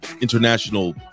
international